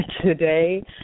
today